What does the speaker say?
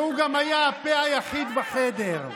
שהוא גם היה הפה היחיד בחדר,